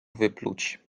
wypluć